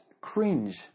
cringe